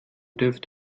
dürft